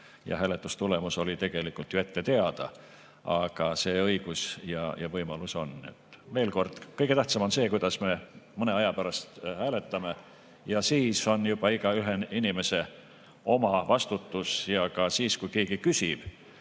ja hääletustulemus oli tegelikult ju ette teada. Aga see õigus ja võimalus on. Veel kord: kõige tähtsam on see, kuidas me mõne aja pärast hääletame, ja siis on juba iga inimese oma vastutus. Ja siis, kui keegi küsib,